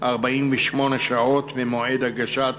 48 שעות ממועד הגשת